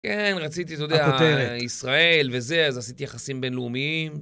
כן, רציתי, אתה יודע, ישראל וזה, אז עשיתי יחסים בינלאומיים.